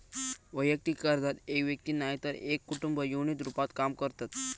वैयक्तिक कर्जात एक व्यक्ती नायतर एक कुटुंब युनिट रूपात काम करतत